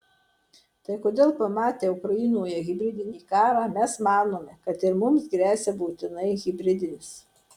tai kodėl pamatę ukrainoje hibridinį karą mes manome kad ir mums gresia būtinai hibridinis